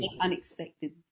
unexpected